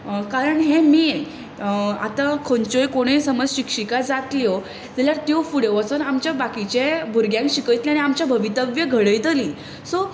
कारण हें मेन आतां खंयच्योय कोणूय समज शिक्षिका जातल्यो जाल्यार त्यो फुडें वचून आमच्या बाकीच्या भुरग्यांक शिकयतल्यो आनी आमचे घडयतलीं